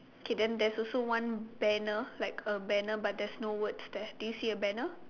K then there's also one banner like a banner but there's no words there do you see a banner